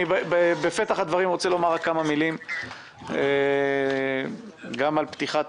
בפתח הדברים אני רוצה לומר כמה מילים גם על פתיחת